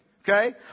okay